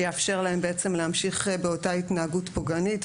ויאפשר להם להמשיך עם אותה התנהגות פוגענית,